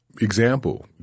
example